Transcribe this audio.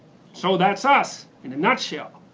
so that's us, in a nutshell.